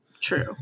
True